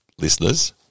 listeners